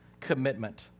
commitment